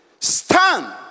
Stand